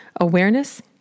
Awareness